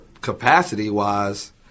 capacity-wise